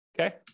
okay